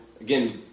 again